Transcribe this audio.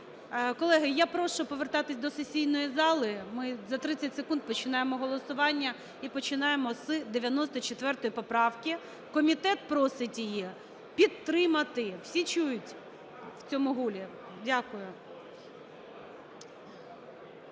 Колеги, я прошу повертатись до сесійної зали. Ми за 30 секунд починаємо голосування і починаємо з 94 поправки. Комітет просить її підтримати. Всі чують в цьому гулі. Дякую.